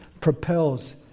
propels